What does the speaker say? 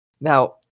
Now